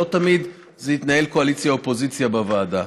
לא תמיד זה התנהל קואליציה אופוזיציה בוועדה.